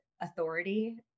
authority